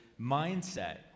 mindset